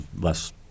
less